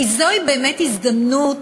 כי זוהי באמת הזדמנות